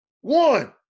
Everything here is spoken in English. One